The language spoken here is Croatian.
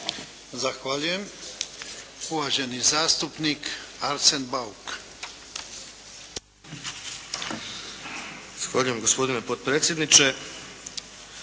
Zahvaljujem. Uvaženi zastupnik Arsen Bauk. **Bauk, Arsen (SDP)** Zahvaljujem gospodine potpredsjedniče.